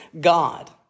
God